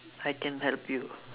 I can help you